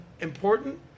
important